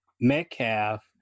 Metcalf